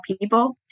people